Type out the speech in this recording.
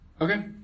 Okay